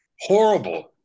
Horrible